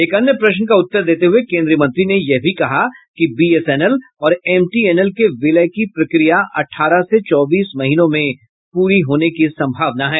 एक अन्य प्रश्न का उत्तर देते हुए केन्द्रीय मंत्री ने यह भी कहा कि बीएसएनएल और एमटीएनएल के विलय की प्रक्रिया अठारह से चौबीस महीनों में पूरी होने की संभावना है